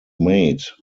made